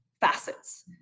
facets